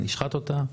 נשחט אותה,